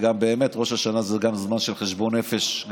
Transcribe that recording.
באמת ראש השנה זה גם זמן של חשבון נפש,